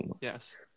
Yes